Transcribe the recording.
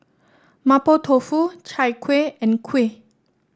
Mapo Tofu Chai Kueh and kuih